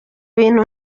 bintu